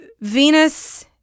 Venus